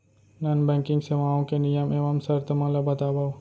non banking सेवाओं के नियम एवं शर्त मन ला बतावव